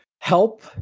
help